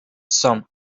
some